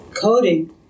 coding